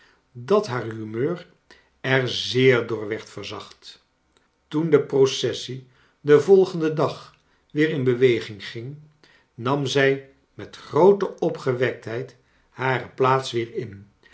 dat haar humeur er zeer door werd verzacht toen de processie den volgenden dag weer in beweging ging nam zij met groote opgewektheid hare plaats weer in